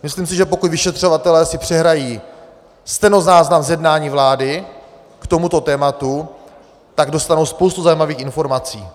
Myslím si, že pokud vyšetřovatelé si přehrají stenozáznam z jednání vlády k tomuto tématu, tak dostanou spoustu zajímavých informací.